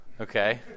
Okay